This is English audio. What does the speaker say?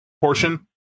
portion